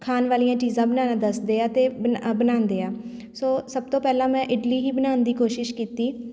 ਖਾਣ ਵਾਲੀਆਂ ਚੀਜ਼ਾਂ ਬਣਾਉਣਾ ਦੱਸਦੇ ਆ ਅਤੇ ਬਣਾ ਬਣਾਉਂਦੇ ਆ ਸੋ ਸਭ ਤੋਂ ਪਹਿਲਾਂ ਮੈਂ ਇਡਲੀ ਹੀ ਬਣਾਉਣ ਦੀ ਕੋਸ਼ਿਸ਼ ਕੀਤੀ